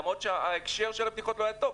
למרות שההקשר של הבדיחות לא היה טוב,